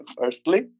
firstly